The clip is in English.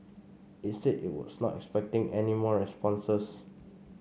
it said it was not expecting any more responses